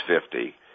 fifty